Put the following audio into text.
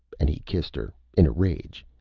and he kissed her, in a rage,